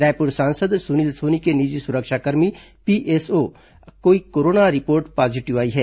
रायपुर सांसद सुनील सोनी के निजी सुरक्षा कर्मी पीएसओ की कोरोना रिपोर्ट पॉजीटिव आई है